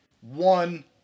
one